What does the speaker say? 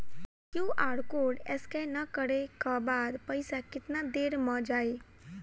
QR code scan न करे क बाद पइसा केतना देर म जाई?